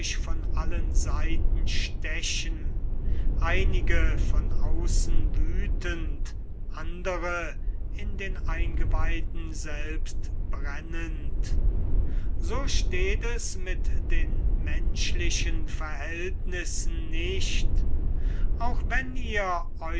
von allen seiten stechen einige von außen wüthend andere in den eingeweiden selbst brennend so steht es mit den menschlichen verhältnissen nicht auch wenn ihr